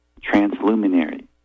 transluminary